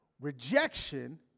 rejection